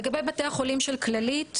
לגבי בתי החולים של כללית,